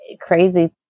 crazy